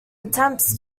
attempts